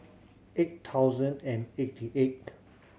eight thousand and eighty eight